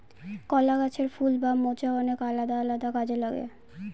কলা গাছের ফুল বা মোচা অনেক আলাদা আলাদা কাজে লাগে